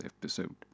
episode